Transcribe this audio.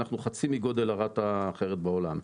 אנחנו חצי מגודל הרת"א האחרת בעולם.